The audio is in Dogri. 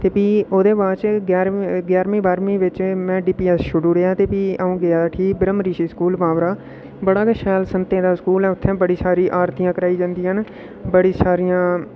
ते भी ओह्दे बाद च ग्यारमीं ग्यारमीं बाह्रमीं बिच में डी पी ऐस्स छोड़ी ओड़ेआ ते भी अ'ऊं गेआ उठी ब्रह्म ऋिशी स्कूल बांवरा बड़ा गै शैल संतें दा स्कूल हा उत्थै बड़ी सारी आरतियां कराई जंदियां न बड़ी सारियां